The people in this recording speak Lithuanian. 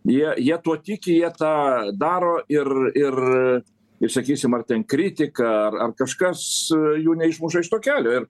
jie jie tuo tiki jie tą daro ir ir ir sakysim ar ten kritika ar ar kažkas jų neišmuša iš to kelio ir